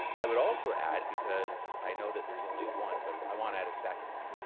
i would also add because i know that there's only one, but i want to add a second one.